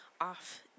off